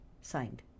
signed